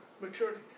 maturity